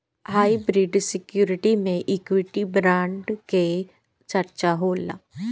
hybrid security में equity bond के चर्चा होला